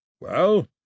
Well